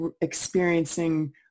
experiencing